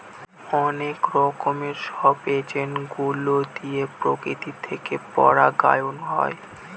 অনেক রকমের সব এজেন্ট গুলো দিয়ে প্রকৃতি থেকে পরাগায়ন হয়